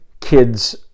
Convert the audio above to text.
kids